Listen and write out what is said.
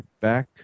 back